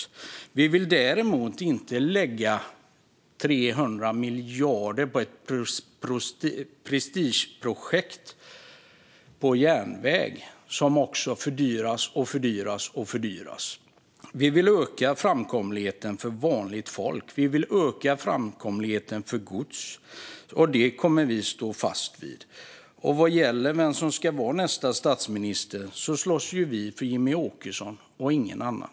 Vi vill däremot inte lägga 300 miljarder på ett prestigeprojekt för järnväg som hela tiden fördyras. Vi vill öka framkomligheten för vanligt folk, och vi vill öka framkomligheten för gods. Det kommer vi att stå fast vid. Vad gäller vem som ska vara nästa statsminister slåss vi för Jimmie Åkesson och ingen annan.